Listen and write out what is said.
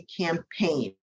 campaign